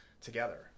together